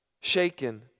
shaken